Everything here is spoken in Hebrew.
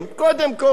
קודם כול,